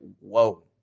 Whoa